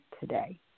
today